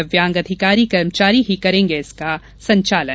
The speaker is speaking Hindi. दिव्यांग अधिकारीकर्मचारी ही करेंगे इनका संचालन